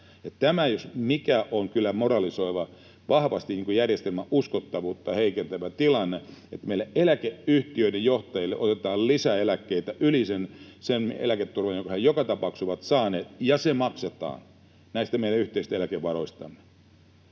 kyllä moralisoiva, vahvasti järjestelmän uskottavuutta heikentävä tilanne, että meillä eläkeyhtiöiden johtajille otetaan lisäeläkkeitä yli sen eläketurvan, jonka he joka tapauksessa ovat saaneet, ja se maksetaan näistä meidän yhteisistä eläkevaroistamme,